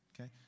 Okay